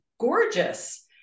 gorgeous